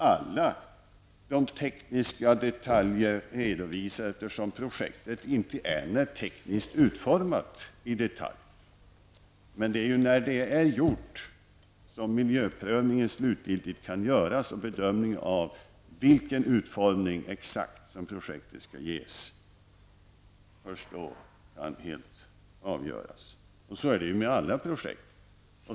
Alla de tekniska detaljerna finns inte redovisade, eftersom projektet ännu inte är tekniskt utformat i detalj. Det är när detta är gjort som miljöprövningen slutgiltigt kan göras och man kan bedöma exakt vilken utformning projektet skall ges. Först då kan detta helt avgöras. Så är det med alla projekt.